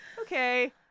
Okay